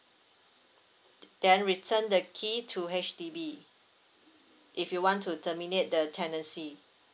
then return the key to H_D_B if you want to terminate the tenancy